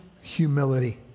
humility